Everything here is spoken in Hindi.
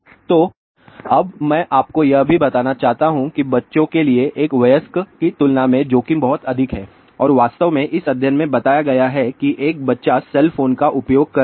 तो अब मैं आपको यह भी बताना चाहता हूं कि बच्चों के लिए एक वयस्क की तुलना में जोखिम बहुत अधिक है और वास्तव में इस अध्ययन में बताया गया है कि एक बच्चा सेल फोन का उपयोग कर रहा हैं